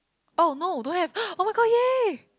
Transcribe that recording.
oh no don't have oh my-god !yay!